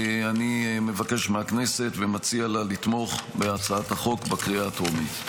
אני מבקש מהכנסת ומציע לה לתמוך בהצעת החוק בקריאה הטרומית.